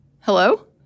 Hello